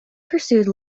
pursued